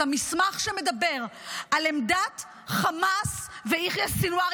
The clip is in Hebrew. את המסמך שמדבר על עמדת חמאס ויחיא סנוואר,